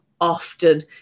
often